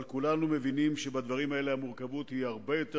אבל כולנו מבינים שבדברים האלה המורכבות היא הרבה יותר